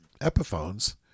Epiphones